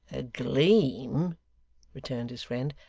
a gleam returned his friend,